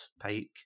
Pike